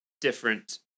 different